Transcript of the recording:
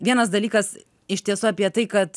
vienas dalykas iš tiesų apie tai kad